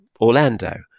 Orlando